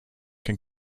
can